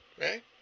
right